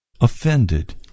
offended